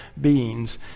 beings